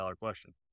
question